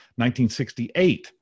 1968